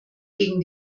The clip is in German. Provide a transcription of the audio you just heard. gegen